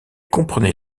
comprenait